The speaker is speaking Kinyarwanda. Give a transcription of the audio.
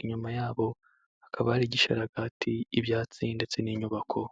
inyuma yabo hakaba hari igisharagati, ibyatsi ndetse n'inyubako.